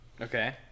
Okay